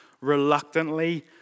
reluctantly